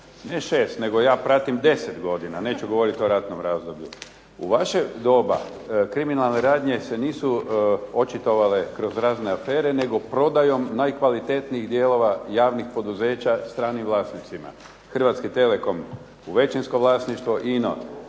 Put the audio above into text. Ne šest, nego ja pratim deset godina, neću govorit o ratnom razdoblju. U vaše doba kriminalne radnje se nisu očitovale kroz razne afere nego prodajom najkvalitetnijih dijelova javnih poduzeća stranim vlasnicima. "Hrvatski telekom" u većinsko vlasništvo, ino